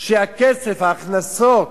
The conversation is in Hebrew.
שהכסף, ההכנסות,